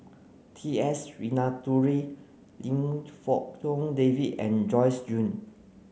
T S Sinnathuray Lim David and Joyce Jue